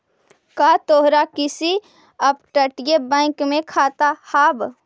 का तोहार किसी अपतटीय बैंक में खाता हाव